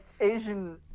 Asian